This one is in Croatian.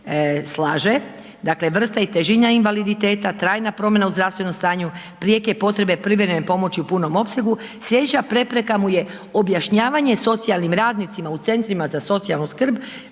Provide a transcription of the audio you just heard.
slaže dakle, vrsta i težina invaliditeta, trajna promjena u zdravstvenom stanju, prijeke potrebe privremene pomoći u punom opsegu, sljedeća prepreka mu je objašnjavanje socijalnim radnicima u centrima za socijalnu skrb